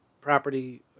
property